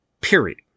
period